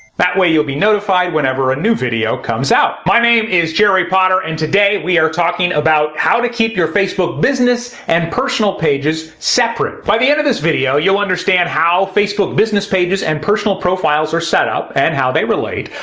that way you'll be notified whenever a new video comes out. my name is jerry potter and today we are talking about how to keep your facebook business and personal pages separate. by the end of this video you'll understand how facebook business pages and personal profiles are set up and how they relate,